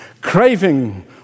Craving